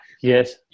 Yes